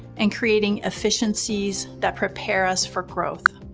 and creating efficiencies that prepare us for growth.